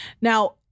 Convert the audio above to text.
Now